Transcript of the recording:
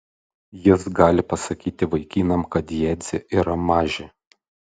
jis gali pasakyti vaikinam kad jadzė yra mažė